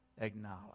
acknowledge